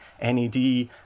NED